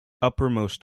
uppermost